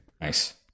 Nice